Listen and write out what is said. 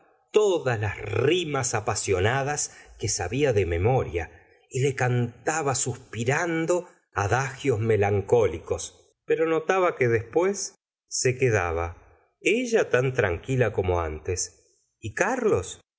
todas las rimas apasionadas que sabía de memoria y le cantaba suspirando adagios melancólicos pero notaba que después se quedaba ella tan tranquila como antes y carlos